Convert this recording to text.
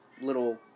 little